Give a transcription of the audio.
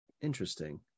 interesting